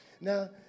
Now